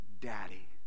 Daddy